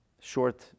short